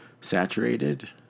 saturated